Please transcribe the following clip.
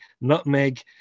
nutmeg